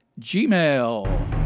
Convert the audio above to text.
Gmail